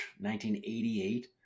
1988